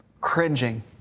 cringing